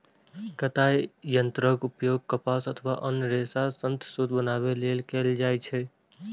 कताइ यंत्रक उपयोग कपास अथवा आन रेशा सं सूत बनबै लेल कैल जाइ छै